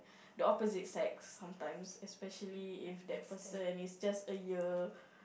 the opposite sex sometimes especially if that person is just a year